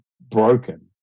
broken